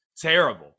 Terrible